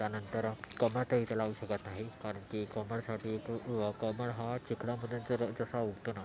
त्यानंतर कमळ तर इथे लावू शकत नाही कारण की कमळासाठी कमळ हा चिखलामध्ये जर जसा उगवतो ना